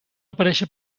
aparèixer